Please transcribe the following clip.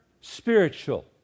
spiritual